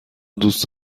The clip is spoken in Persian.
دوست